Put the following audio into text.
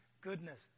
goodness